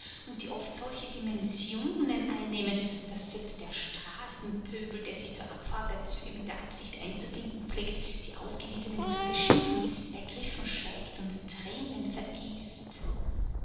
und die oft solche dimensionen annehmen daß selbst der straßenpöbel der sich zur abfahrt der züge mit der absicht einzufinden pflegt die ausgewiesenen zu beschimpfen ergriffen schweigt und tränen vergießt